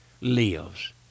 lives